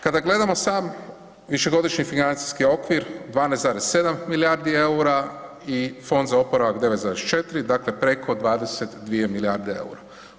Kada gledamo sam višegodišnji financijski okvir 12,7 milijardi EUR-a i fond za oporavak 9,4 dakle preko 22 milijarde EUR-a.